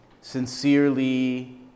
sincerely